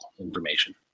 information